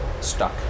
stuck